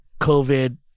COVID